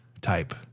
type